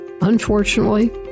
Unfortunately